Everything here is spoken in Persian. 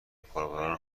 کاربران